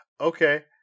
okay